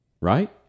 Right